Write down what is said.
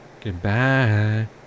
Goodbye